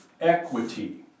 equity